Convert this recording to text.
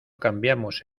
cambiamos